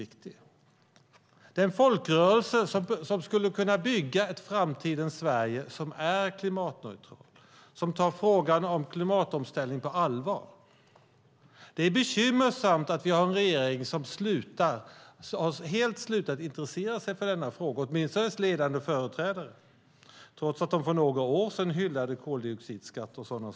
Det är en folkrörelse som skulle kunna bygga ett framtidens Sverige som är klimatneutralt, som tar frågan om klimatomställning på allvar. Det är bekymmersamt att regeringen helt har slutat att intressera sig för denna fråga, åtminstone dess ledande företrädare, trots att de för några år sedan hyllade koldioxidskatt och sådant.